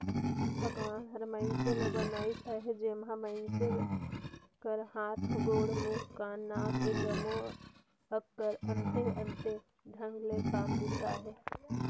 भगवान हर मइनसे ल बनाइस अहे जेम्हा मइनसे कर हाथ, गोड़, मुंह, कान, नाक ए जम्मो अग कर अन्ते अन्ते ढंग ले काम बूता अहे